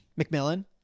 McMillan